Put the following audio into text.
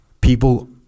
people